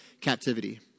captivity